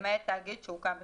למעט תאגיד שהוקם בחיקוק,